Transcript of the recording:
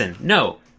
no